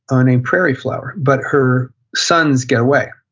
ah named prairie flower. but her sons get away.